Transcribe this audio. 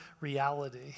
reality